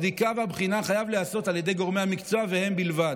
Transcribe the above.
הבדיקה והבחינה חייבות להיעשות על ידי גורמי המקצוע ועל ידם בלבד.